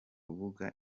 rubuga